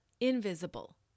invisible